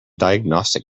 diagnostic